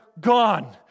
gone